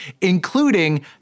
including